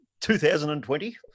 2020